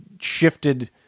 shifted